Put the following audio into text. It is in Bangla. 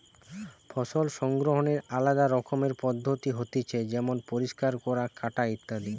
ফসল সংগ্রহনের আলদা রকমের পদ্ধতি হতিছে যেমন পরিষ্কার করা, কাটা ইত্যাদি